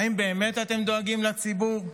האם באמת אתם דואגים לציבור?